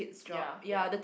ya ya